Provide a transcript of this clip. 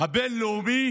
הבין-לאומי